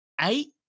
eight